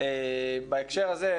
בהקשר הזה,